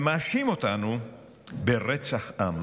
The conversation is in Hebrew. ומאשים אותנו ברצח עם,